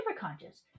superconscious